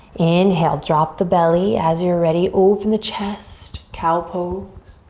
inhale, drop the belly as you're ready. open the chest, cow pose.